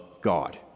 God